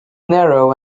narrow